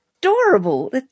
adorable